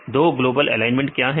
तो global alignment क्या है